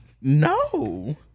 No